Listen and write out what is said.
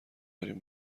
بریم